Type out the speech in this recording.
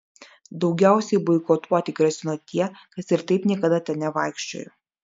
daugiausiai boikotuoti grasino tie kas ir taip niekada ten nevaikščiojo